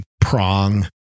prong